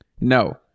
No